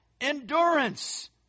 Endurance